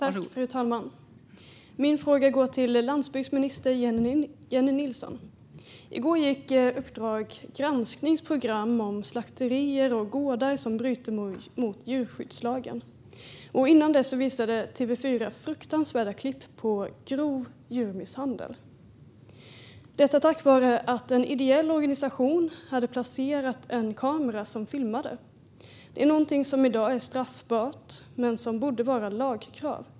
Fru talman! Min fråga går till landsbygdsminister Jennie Nilsson. I går gick Uppdrag gransknings program om slakterier och gårdar som bryter mot djurskyddslagen. Innan dess visade TV4 fruktansvärda klipp på grov djurmisshandel, detta tack vare att en ideell organisation hade placerat en kamera som filmat - någonting som i dag är straffbart men som borde vara ett lagkrav.